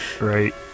Right